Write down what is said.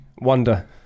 Wonder